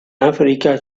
africa